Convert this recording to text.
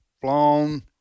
flown